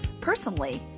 Personally